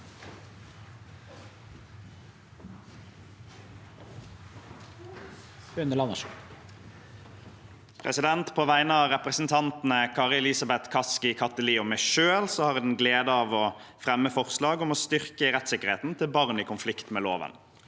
På vegne av representantene Kari Elisabeth Kaski, Kathy Lie og meg selv har jeg gleden av å fremme forslag om å styrke rettssikkerheten til barn i konflikt med loven.